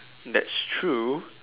that's true